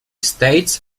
states